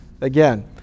again